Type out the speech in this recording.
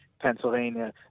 Pennsylvania